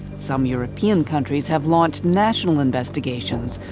some european countries have launched national investigations,